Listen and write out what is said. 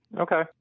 Okay